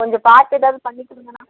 கொஞ்சம் பார்த்து ஏதாவது பண்ணி கொடுங்கண்ணா